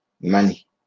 money